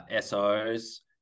SOs